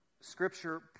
Scripture